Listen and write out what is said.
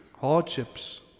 hardships